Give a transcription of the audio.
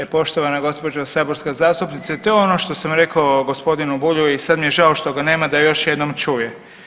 E poštovana gđo. saborska zastupnice, to je ono što sam rekao g. Bulju i sad mi je žao što ga nema da još jednom čuje.